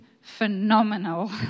phenomenal